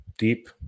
Deep